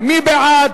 מי בעד?